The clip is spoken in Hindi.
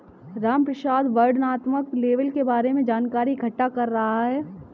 रामप्रसाद वर्णनात्मक लेबल के बारे में जानकारी इकट्ठा कर रहा है